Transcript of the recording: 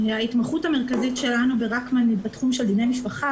ההתמחות המרכזית שלנו ברקמן היא בתחום של דיני משפחה,